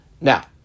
Now